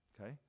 okay